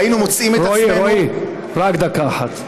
היינו מוצאים את עצמנו, רועי, רועי, רק דקה אחת.